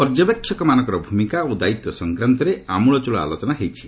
ପର୍ଯ୍ୟବେକ୍ଷକମାନଙ୍କର ଭୂମିକା ଓ ଦାୟିତ୍ୱ ସଫ୍ରାନ୍ତରେ ଆମ୍ଳଚଳ ଆଲୋଚନା ହୋଇଛି